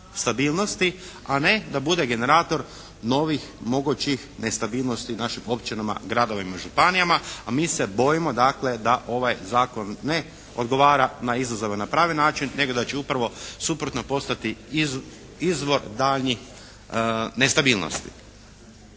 a ne da bude generator novih mogućih nestabilnosti u našim općinama, gradovima, županijama. A mi se bojimo dakle da ovaj zakon ne odgovara na izazove na pravi način, nego da će upravo suprotno postati izvor daljnjih nestabilnosti.